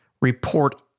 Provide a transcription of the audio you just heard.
report